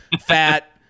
fat